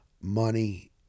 money